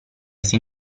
sin